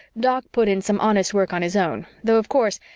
doc put in some honest work on his own, though, of course,